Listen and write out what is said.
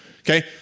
Okay